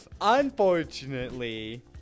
Unfortunately